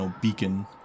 beacon